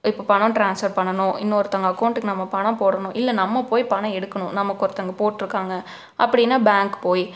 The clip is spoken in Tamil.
இப்போ பணம் டிரான்ஸ்ஃபர் பண்ணனும் இன்னொருத்தவங்க அக்கோண்ட்டுக்கு நம்ம பணம் போடணும் இல்லை நம்ம போய் பணம் எடுக்கணும் நமக்கு ஒருத்தவங்க போட்டுருக்காங்க அப்படின்னா பேங்கு போய்